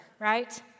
right